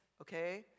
okay